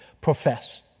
profess